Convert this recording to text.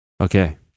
Okay